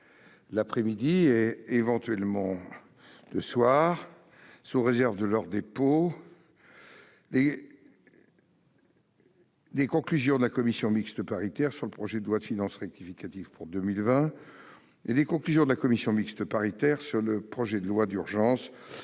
l'après-midi et, éventuellement, le soir, sous réserve de leur dépôt, des conclusions de la commission mixte paritaire sur le projet de loi de finances rectificative pour 2020 et des conclusions de la commission mixte paritaire sur le projet de loi d'urgence